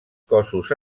cossos